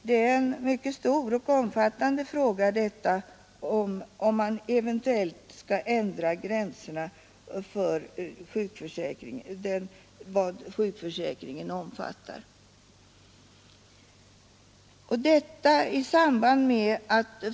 Det är en mycket stor och omfattande fråga detta, om man eventuellt skall ändra gränserna för vad sjukförsäkringen omfattar.